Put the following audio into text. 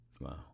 Wow